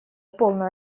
полную